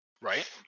Right